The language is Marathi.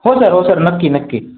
हो सर हो सर नक्की नक्की